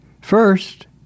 First